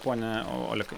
pone olekai